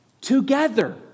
together